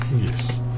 Yes